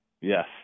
Yes